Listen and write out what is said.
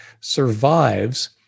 survives